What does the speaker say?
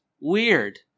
weird